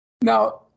Now